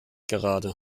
gerade